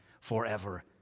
forever